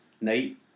night